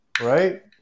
right